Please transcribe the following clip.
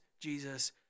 Jesus